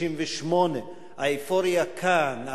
1968. האופוריה כאן,